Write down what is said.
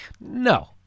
No